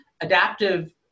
adaptive